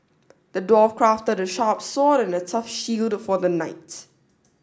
the dwarf crafted a sharp sword and a tough shield for the knight